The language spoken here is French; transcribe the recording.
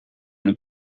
une